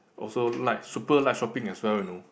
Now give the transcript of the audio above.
also like super like shopping as well you know